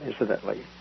incidentally